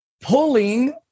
pulling